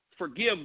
Forgive